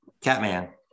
Catman